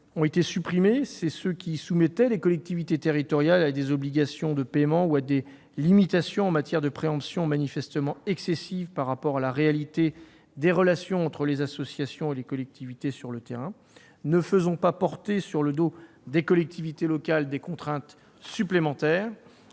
ont été supprimés : il s'agit de ceux qui soumettaient les collectivités territoriales à des obligations de paiement ou à des limitations en matière de préemption manifestement excessives par rapport à la réalité des relations entre les associations et les collectivités sur le terrain. Ne faisons pas peser sur le dos des collectivités des contraintes supplémentaires.